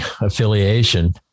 affiliation